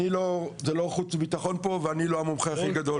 זה לא חוץ ובטחון פה ואני לא המומחה הכי גדול.